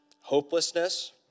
hopelessness